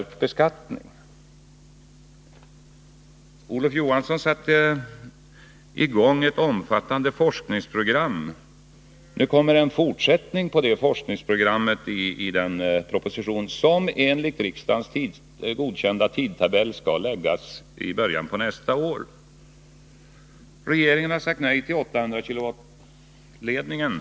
På förslag av Olof Johansson lades ett omfattande forskningsprogram fast 1978, och nu kommer en fortsättning på detta i den proposition som enligt riksdagens godkända tidstabell skall läggas fram i början på nästa Nr 32 år. Måndagen den Regeringen har sagt nej till uppförandet av 800-kilovoltsledningen.